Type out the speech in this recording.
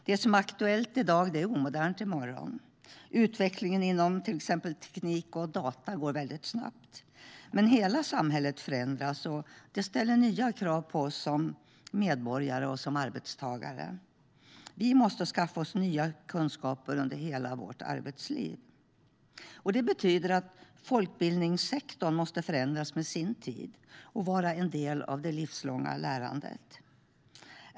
Det som är aktuellt i dag är omodernt i morgon. Utvecklingen inom till exempel teknik och data går snabbt. Men hela samhället förändras, och det ställer nya krav på oss som medborgare och som arbetstagare. Vi måste skaffa oss nya kunskaper under hela vårt arbetsliv. Det betyder att folkbildningssektorn måste förändras med sin tid och vara en del av det livslånga lärandet.